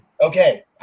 Okay